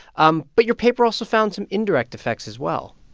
um but your paper also found some indirect effects as well